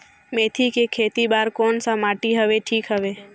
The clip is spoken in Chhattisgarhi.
मेथी के खेती बार कोन सा माटी हवे ठीक हवे?